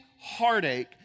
heartache